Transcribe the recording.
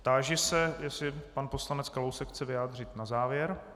Táži se, jestli se pan poslanec Kalousek chce vyjádřit na závěr.